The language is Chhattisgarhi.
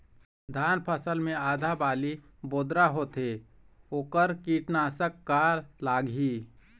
धान फसल मे आधा बाली बोदरा होथे वोकर कीटनाशक का लागिही?